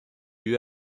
you